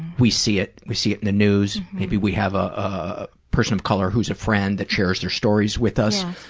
we see it. we see it in the news. maybe we have ah a person of color who's a friend that shares their stories with us.